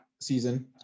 season